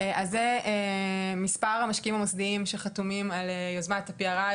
אז זה מספר המשקיעים המוסדיים שחתומים על יוזמת ה-PRI,